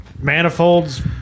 manifolds